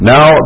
Now